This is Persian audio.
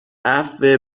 عفو